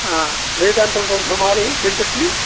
rate ఎంత ఉంటుంది సుమారు సెంట్కి